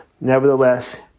Nevertheless